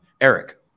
Eric